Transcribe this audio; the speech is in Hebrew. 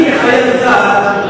אני כחייל צה"ל